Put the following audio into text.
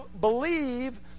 believe